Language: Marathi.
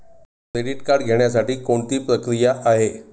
क्रेडिट कार्ड घेण्यासाठी कोणती प्रक्रिया आहे?